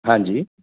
ਹਾਂਜੀ